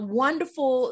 wonderful